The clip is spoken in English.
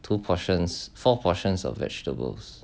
two portions four portions of vegetables